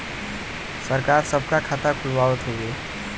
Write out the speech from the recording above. सरकार सबका खाता खुलवावत हउवे